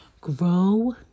Grow